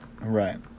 right